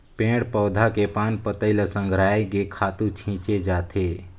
पेड़ पउधा के पान पतई ल संघरायके खातू छिछे जाथे